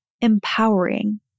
empowering